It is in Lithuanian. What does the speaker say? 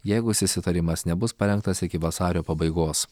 jeigu susitarimas nebus parengtas iki vasario pabaigos